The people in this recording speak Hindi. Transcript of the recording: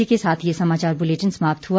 इसी के साथ ये समाचार बुलेटिन समाप्त हुआ